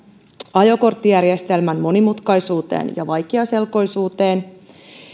ajokorttijärjestelmän monimutkaisuuteen ja vaikeaselkoisuuteen